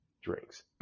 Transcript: drinks